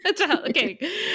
Okay